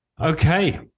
Okay